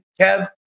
Kev